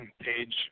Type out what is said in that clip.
page